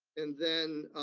and then